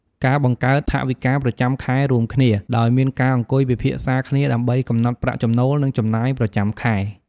ការបង្កើតថវិកាប្រចាំខែរួមគ្នា ដោយមានការអង្គុយពិភាក្សាគ្នាដើម្បីកំណត់ប្រាក់ចំណូល និងចំណាយប្រចាំខែ។